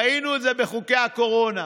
ראינו את זה בחוקי הקורונה: